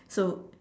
so